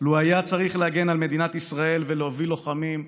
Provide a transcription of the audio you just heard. לו היה צריך להגן על מדינת ישראל ולהוביל לוחמים,